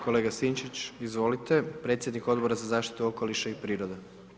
Kolega Sinčić, izvolite, predsjednik Odbora za zaštitu okoliša i prirode.